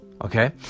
Okay